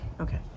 okay